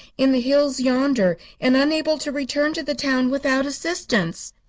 in the hills yonder, and unable to return to the town without assistance.